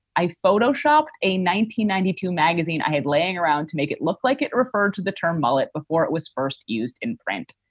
i photoshopped a nineteen ninety two magazine i had laying around to make it look like it referred to the term mullet before it was first used in print.